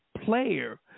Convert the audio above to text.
player